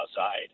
outside